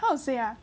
how to say ah